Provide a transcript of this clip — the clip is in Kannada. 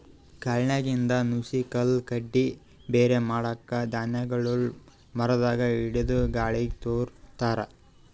ಕಾಳ್ನಾಗಿಂದ್ ನುಸಿ ಕಲ್ಲ್ ಕಡ್ಡಿ ಬ್ಯಾರೆ ಮಾಡಕ್ಕ್ ಧಾನ್ಯಗೊಳ್ ಮರದಾಗ್ ಹಿಡದು ಗಾಳಿಗ್ ತೂರ ತಾರ್